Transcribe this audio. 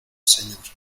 señor